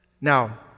Now